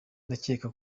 ndakeka